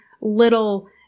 little